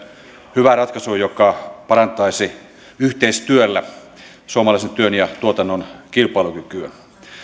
hyvään ratkaisuun joka parantaisi yhteistyöllä suomalaisen työn ja tuotannon kilpailukykyä